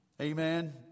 Amen